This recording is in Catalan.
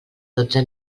dotze